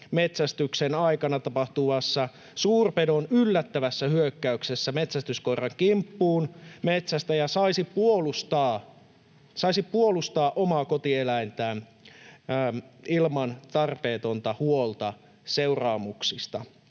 metsästyksen aikana tapahtuvassa suurpedon yllättävässä hyökkäyksessä metsästyskoiran kimppuun metsästäjä saisi puolustaa omaa kotieläintään ilman tarpeetonta huolta seuraamuksista.